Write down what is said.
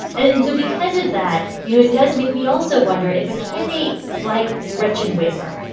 and so because of that, you know, it does make me also wonder if a candidate like gretchen whitmer,